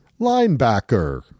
Linebacker